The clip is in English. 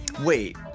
Wait